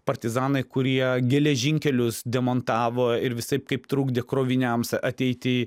partizanai kurie geležinkelius demontavo ir visaip kaip trukdė kroviniams ateit į